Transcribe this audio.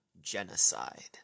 genocide